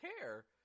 care